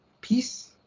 peace